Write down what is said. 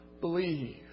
believe